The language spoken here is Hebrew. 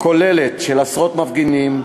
כוללת של עשרות מפגינים,